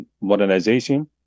modernization